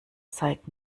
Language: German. seid